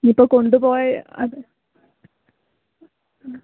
ഇനി ഇപ്പം കൊണ്ടുപോയ അത് ആ